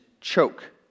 choke